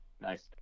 nice